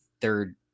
third